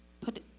put